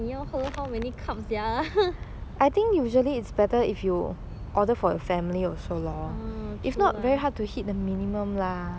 ya so that's why I think